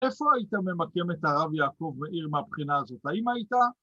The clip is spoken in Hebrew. ‫איפה היית ממקם את הרב יעקב מאיר ‫מהבחינה הזאת, האם הייתה?